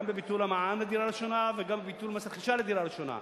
גם בביטול המע"מ לדירה ראשונה וגם ביטול מס רכישה לדירה ראשונה.